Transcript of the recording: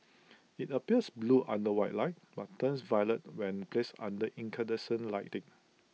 IT appears blue under white light but turns violet when placed under incandescent lighting